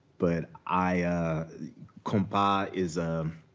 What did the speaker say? but i compas is